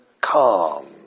calm